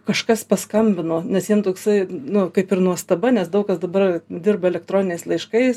kažkas paskambino nes jiem toksai nu kaip ir nuostabs nes daug kas dabar dirba elektroniniais laiškais